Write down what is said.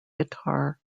guitar